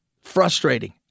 frustrating